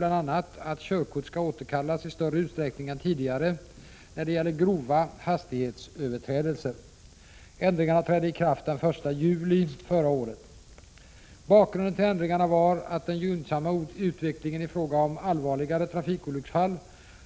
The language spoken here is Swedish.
Bakgrunden till ändringarna var att den gynnsamma utveckling i fråga om allvarligare trafikolycksfall